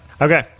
Okay